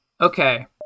Okay